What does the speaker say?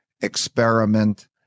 experiment